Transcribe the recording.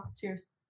Cheers